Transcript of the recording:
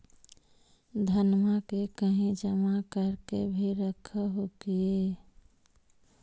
धनमा के कहिं जमा कर के भी रख हू की?